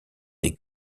des